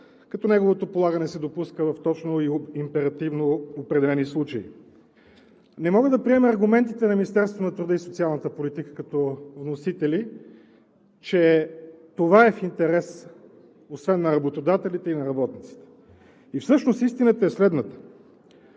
като неговото полагане се допуска в точно и императивно определени случаи. Не мога да приема аргументите на Министерството на труда и социалната политика като вносители, че това е в интерес, освен на работодателите, и на работниците. Всъщност истината е следната: